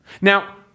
Now